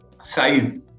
size